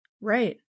right